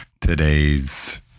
Today's